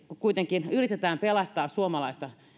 kuitenkin yritetään pelastaa suomalaista